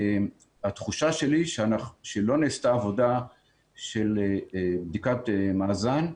התחושה שלי היא שלא נעשתה עבודה של בדיקת מאזן.